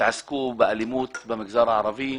שעסקו באלימות במגזר הערבי.